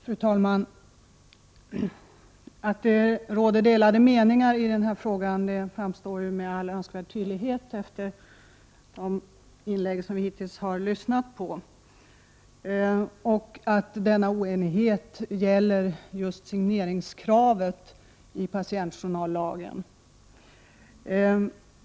Fru talman! Att det råder delade meningar i den här frågan framgår ju med all önskvärd tydlighet av de inlägg som vi hittills har lyssnat på. Denna oenighet gäller just signeringskravet i patientjournallagen.